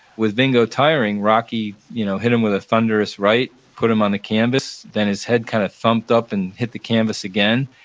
with vingo tiring, rocky you know hit him with a thunderous right, put him on the canvas. then his head kind of thumped up and hit the canvas again,